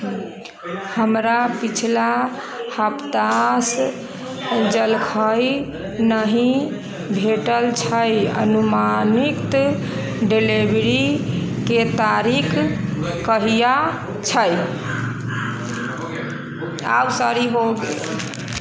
हमरा पिछला हप्ता जलखइ नहि भेटल छै अनुमानित डिलीवरीके तारीख कहिआ छै